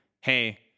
Hey